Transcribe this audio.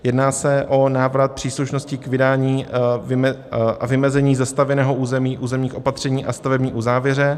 Jedná se o návrat příslušnosti k vydání a vymezení zastavěného území, územních opatření a stavební uzávěry.